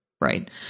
Right